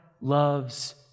loves